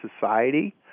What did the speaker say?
society